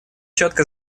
четко